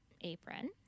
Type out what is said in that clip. apron